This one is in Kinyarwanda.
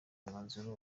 umwanzuro